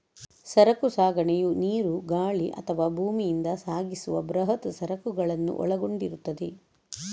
ಸರಕು ಸಾಗಣೆಯು ನೀರು, ಗಾಳಿ ಅಥವಾ ಭೂಮಿಯಿಂದ ಸಾಗಿಸುವ ಬೃಹತ್ ಸರಕುಗಳನ್ನು ಒಳಗೊಂಡಿರುತ್ತದೆ